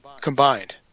combined